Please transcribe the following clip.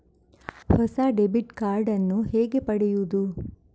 ಹೊಸ debit card ನ್ನು ಹೇಗೆ ಪಡೆಯುದು?